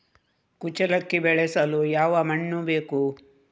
ಕುಚ್ಚಲಕ್ಕಿ ಬೆಳೆಸಲು ಯಾವ ಮಣ್ಣು ಬೇಕು?